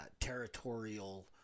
territorial